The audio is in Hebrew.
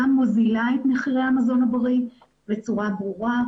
מוזילה את מחירי המזון הבריא בצורה ברורה,